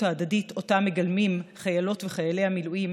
ההדדית שאותה מגלמים חיילות וחיילי המילואים,